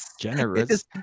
generous